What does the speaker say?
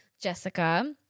Jessica